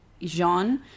Jean